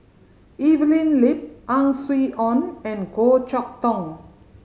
Evelyn Lip Ang Swee Aun and Goh Chok Tong